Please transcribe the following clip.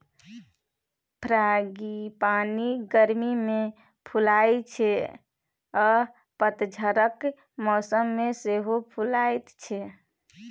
frangipani गर्मी मे फुलाइ छै आ पतझरक मौसम मे सेहो फुलाएत छै